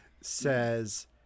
says